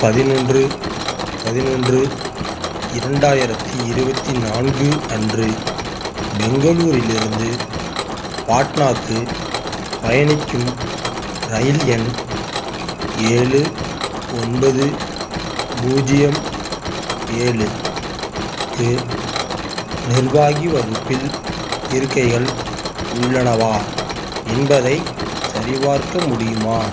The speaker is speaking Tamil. பதினொன்று பதினொன்று இரண்டாயிரத்து இருபத்தி நான்கு அன்று பெங்களூரிலிருந்து பாட்னாக்கு பயணிக்கும் இரயில் எண் ஏழு ஒன்பது பூஜ்ஜியம் ஏழு க்கு நிர்வாகி வகுப்பில் இருக்கைகள் உள்ளனவா என்பதைச் சரிபார்க்க முடியுமா